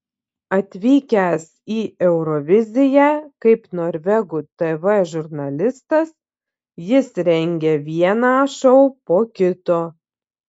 atvykęs į euroviziją kaip norvegų tv žurnalistas jis rengia vieną šou po kito